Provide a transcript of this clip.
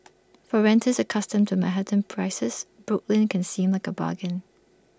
for renters accustomed to Manhattan prices Brooklyn can seem like A bargain